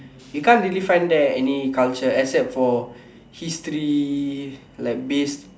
you can't really mind there any culture except like history like based